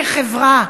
כחברה,